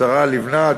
השרה לבנת,